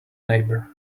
neighbour